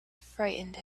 frightened